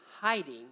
hiding